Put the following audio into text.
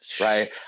right